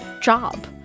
job